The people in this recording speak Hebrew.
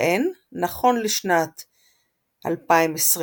שהן נכון לשנת 2024,